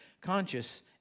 conscious